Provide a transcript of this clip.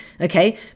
Okay